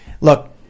look